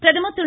பிரதமர் திரு